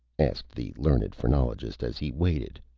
asked the learned phrenologist, as he waited.